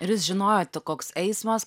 ir jūs žinojote koks eismas